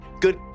good